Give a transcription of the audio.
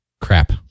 Crap